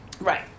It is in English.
Right